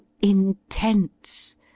intense